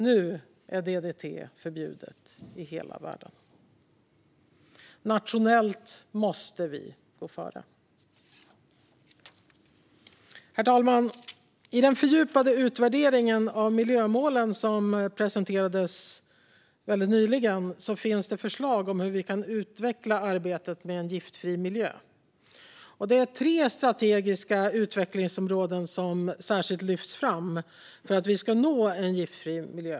Nu är DDT förbjudet i hela världen. Nationellt måste vi gå före. Herr talman! I den fördjupade utvärdering av miljömålen som presenterades nyligen finns förslag om hur vi kan utveckla arbetet med en giftfri miljö. Det är tre strategiska utvecklingsområden som särskilt lyfts fram för att vi ska nå en giftfri miljö.